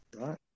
Right